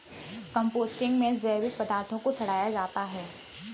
composting में जैविक पदार्थ को सड़ाया जाता है